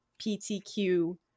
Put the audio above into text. PTQ